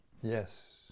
yes